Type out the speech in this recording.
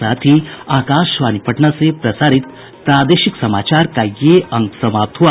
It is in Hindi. इसके साथ ही आकाशवाणी पटना से प्रसारित प्रादेशिक समाचार का ये अंक समाप्त हुआ